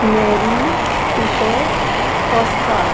Mary Peter Costa